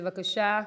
בבקשה.